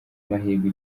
amahirwe